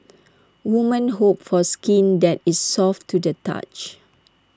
women hope for skin that is soft to the touch